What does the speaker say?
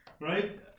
right